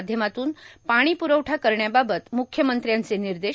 माध्यमातून पाणी प्रवठा करण्याबाबत म्ख्यमंत्र्यांचं निर्देश